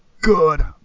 good